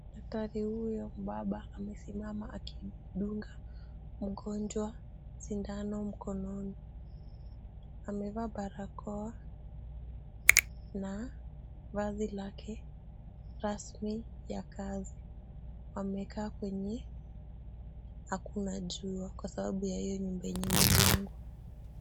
Daktari huyo mbaba amesimama akidunga mgonjwa sindano mkononi. Amevaa barakoa na vazi lake rasmi ya kazi. Wamekaa kwenye hakuna jua kwa sababu ya hiyo nyumba yenye imejengwa.